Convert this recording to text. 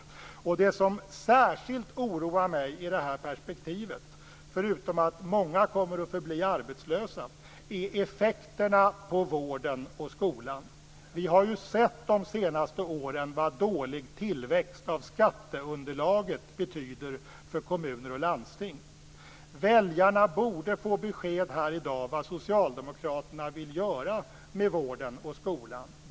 Det som särskilt oroar mig i detta perspektiv, förutom att många kommer att förbli arbetslösa, är effekterna på vården och skolan. Vi har ju under de senaste åren sett vad dålig tillväxt av skatteunderlaget betyder för kommuner och landsting. Väljarna borde få besked här i dag om vad Socialdemokraterna vill göra med vården och skolan.